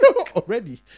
already